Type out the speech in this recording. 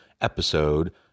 episode